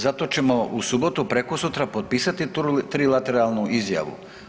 Zato ćemo u subotu, prekosutra potpisati trilateralnu izjavu.